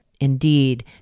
indeed